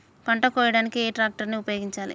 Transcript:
పంట కోయడానికి ఏ ట్రాక్టర్ ని ఉపయోగించాలి?